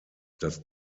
das